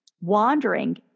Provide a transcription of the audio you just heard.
Wandering